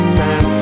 man